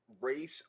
race